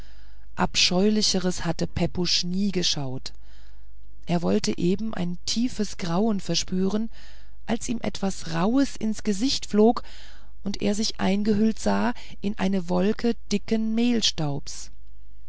abscheulicheres hatte pepusch nie geschaut er wollte eben ein tiefes grauen verspüren als ihm etwas rauhes ins gesicht flog und er sich eingehüllt sah in eine wolke dicken